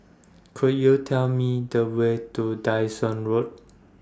Could YOU Tell Me The Way to Dyson Road